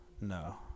no